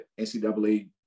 ncaa